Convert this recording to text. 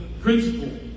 principle